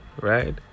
right